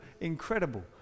incredible